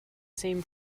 same